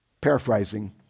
paraphrasing